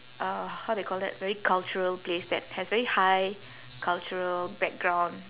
uh how they call that very cultural place that has very high cultural background